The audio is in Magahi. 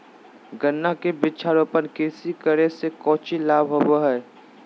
गन्ना के वृक्षारोपण कृषि करे से कौची लाभ होबो हइ?